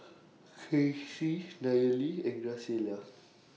Kaycee Nayeli and Graciela